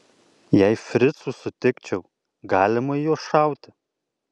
jei fricų sutikčiau galima į juos šauti